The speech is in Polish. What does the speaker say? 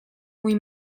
mój